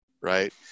right